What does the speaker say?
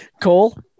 Cole